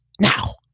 now